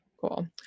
Cool